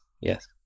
yes